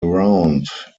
around